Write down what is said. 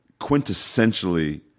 quintessentially